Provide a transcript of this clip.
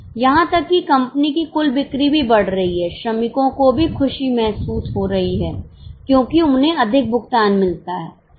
यहां तक कि कंपनी की कुल बिक्री भी बढ़ रही है श्रमिकों को भी खुशी महसूस हो रही है क्योंकि उन्हें अधिक भुगतान मिलता है